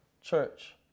church